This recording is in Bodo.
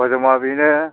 हजमा बेनो